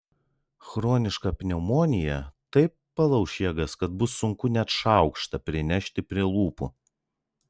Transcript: chroniška pneumonija taip palauš jėgas kad bus sunku net šaukštą prinešti prie lūpų